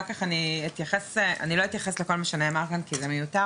אני לא אתייחס לכל מה שנאמר כאן כי זה מיותר.